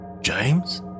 James